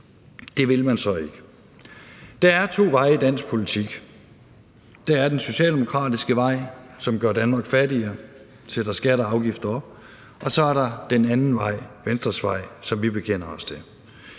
Det vil man så ikke. Der er to veje i dansk politik. Der er den socialdemokratiske vej, som gør Danmark fattigere og sætter skatter og afgifter op. Og så er der den anden vej, Venstres vej, som vi bekender os til.